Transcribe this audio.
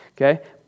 Okay